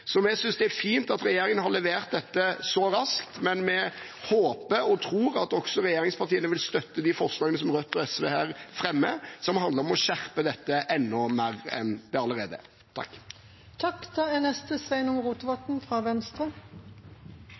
synes det er fint at regjeringen har levert dette så raskt, men vi håper og tror at også regjeringspartiene vil støtte de forslagene som Rødt og SV her fremmer, som handler om å skjerpe dette enda mer enn det allerede